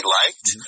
liked